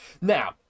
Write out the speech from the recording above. Now